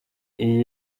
iyi